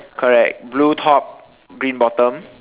correct blue top green bottom